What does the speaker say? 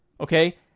Okay